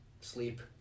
sleep